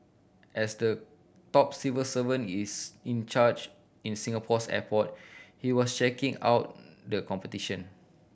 as the top civil servant is in charge in Singapore's airport he was checking out the competition